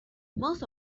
most